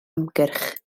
ymgyrch